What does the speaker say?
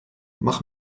mach